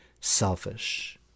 selfish